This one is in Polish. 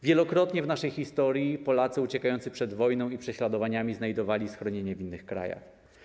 Wielokrotnie w naszej historii Polacy uciekający przed wojną i prześladowaniami znajdowali schronienie w innych krajach.